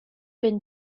been